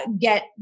get